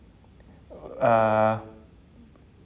uh